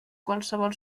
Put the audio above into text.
qualsevol